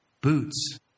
Boots